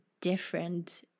different